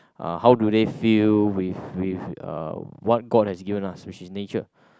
uh how do they feel with with uh what god has given us which is nature